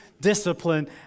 discipline